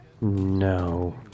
No